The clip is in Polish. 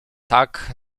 tak